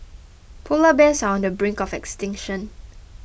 Polar Bears are on the brink of extinction